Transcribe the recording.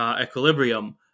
equilibrium